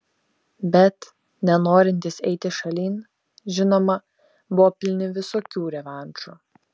bet nenorintys eiti šalin žinoma buvo pilni visokių revanšų